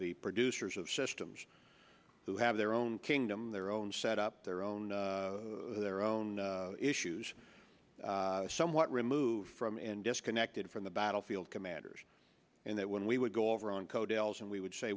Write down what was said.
the producers of systems who have their own kingdom their own set up their own their own issues somewhat removed from and disconnected from the battlefield commanders and that when we would go over on coattails and we would say